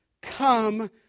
come